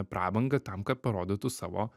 prabangą tam kad parodytų savo